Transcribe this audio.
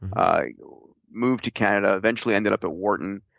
ah you know moved to canada, eventually ended up at wharton.